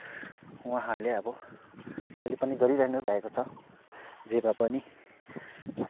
उहाँहरूले अब अहिले पनि गरिरहनु भएको छ जे भए पनि